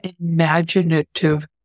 imaginative